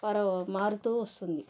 పరో మారుతూ వస్తుంది